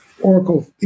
Oracle